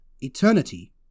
eternity